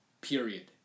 Period